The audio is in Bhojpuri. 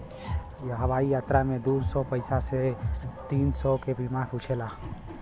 हवाई यात्रा में दू सौ पचास से तीन सौ के बीमा पूछेला